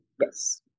Yes